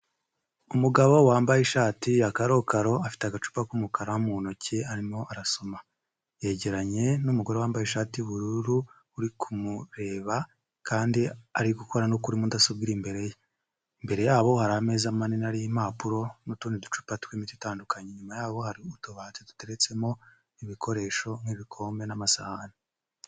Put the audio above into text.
Umugabo wambaye ishati yakarokaro afite agacupa k'umukara mu ntoki arimo arasoma. Yegeranye n'umugore wambaye ishati y'ubururu uri kumureba kandi ari gukora no kuri mudasobwa iri imbere ye. Imbere yabo hari ameza manini ariho impapuro n'utundi ducupa tw'imiti itandukanye, inyuma yabo hari utubati duteretsemo ibikoresho nk'ibikombe n'amasahani.